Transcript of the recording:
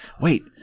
wait